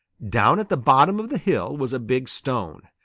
down at the bottom of the hill was a big stone,